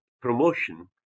promotion